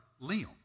Liam